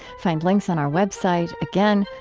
find links on our website. again,